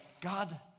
God